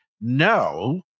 no